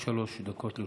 עד שלוש דקות לרשותך.